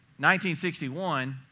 1961